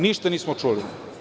Ništa nismo čuli.